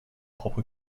propre